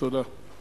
תודה.